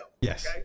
Yes